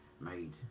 made